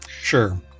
Sure